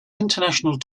international